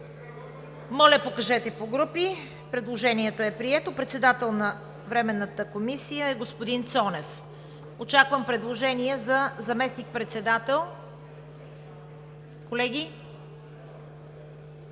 въздържали се 56. Предложението е прието. Председател на Временната комисия е господин Цонев. Очаквам предложения за заместник-председател. Колеги?